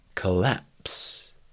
collapse